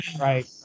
right